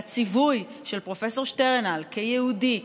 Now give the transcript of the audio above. והציווי של פרופ' שטרנהל כיהודי,